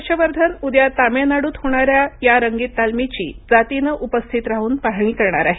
हर्ष वर्धन उद्या तामिळनाडूत होणाऱ्या या रंगीत तालीमीची जातीनं उपस्थित राहून पाहणी करणार आहेत